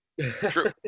true